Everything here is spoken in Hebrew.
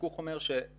הריכוך אומר שמעכשיו,